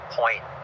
point